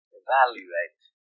evaluate